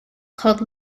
called